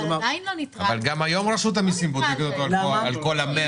אבל גם היום רשות המסים בודקת אותו על כל ה-100